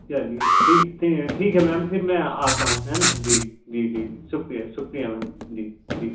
चलिए ठीक ठीक है मैम फिर मैं आता हूँ है ना जी जी जी शुक्रिया सहुक्रिया मैम जी जी